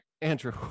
Andrew